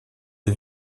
des